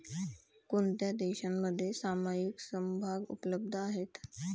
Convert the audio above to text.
कोणत्या देशांमध्ये सामायिक समभाग उपलब्ध आहेत?